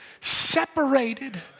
separated